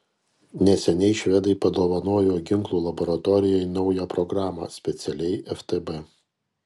neseniai švedai padovanojo ginklų laboratorijai naują programą specialiai ftb